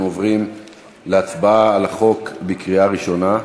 אנחנו עוברים להצבעה על החוק בקריאה ראשונה.